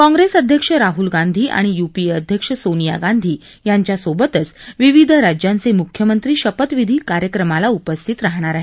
काँप्रेस अध्यक्ष राहूल गांधी आणि यूपीए अध्यक्ष सोनिया गांधी यांच्याबरोबरच विविध राज्यांचे मुख्यमंत्री शपथविधी कार्यक्रमाला उपस्थित राहणार आहेत